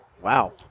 Wow